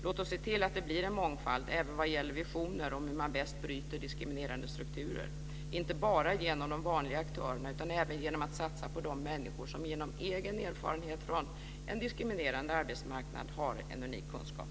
Låt oss se till att det blir en mångfald även vad gäller visioner om hur man bäst bryter diskriminerande strukturer, inte bara genom de vanliga aktörerna, utan även genom att satsa på de människor som genom egen erfarenhet från en diskriminerande arbetsmarknad har en unik kunskap.